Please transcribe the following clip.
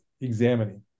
examining